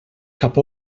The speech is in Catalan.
cap